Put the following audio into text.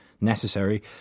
necessary